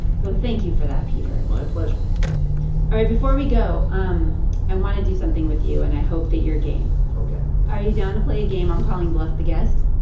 so thank you for that, peter my pleasure all right. before we go, um i want to do something with you, and i hope that you're game ok are you down to play a game i'm calling bluff the guest?